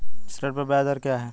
ऋण पर ब्याज दर क्या है?